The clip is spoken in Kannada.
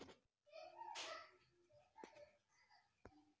ಸಾಸ್ಮಿಗು ಮಾರ್ಕೆಟ್ ದಾಗ ಚುಲೋ ರೆಟ್ ಐತಿ